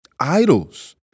idols